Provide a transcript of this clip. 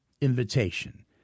invitation